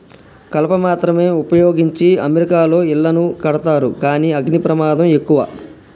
కలప మాత్రమే వుపయోగించి అమెరికాలో ఇళ్లను కడతారు కానీ అగ్ని ప్రమాదం ఎక్కువ